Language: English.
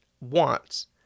wants